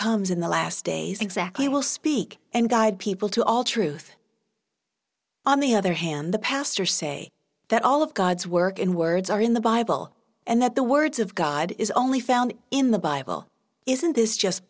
comes in the last days exactly will speak and guide people to all truth on the other hand the pastor say that all of god's work and words are in the bible and that the words of god is only found in the bible isn't this just